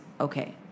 okay